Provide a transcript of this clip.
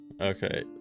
Okay